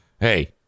hey